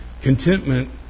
Contentment